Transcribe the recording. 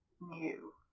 new